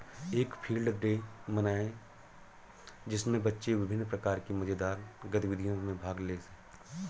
एक field day बनाएं जिसमें बच्चे विभिन्न प्रकार की मजेदार गतिविधियों में भाग लें